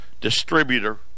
distributor